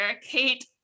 Kate